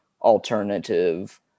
alternative